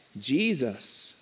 Jesus